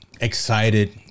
excited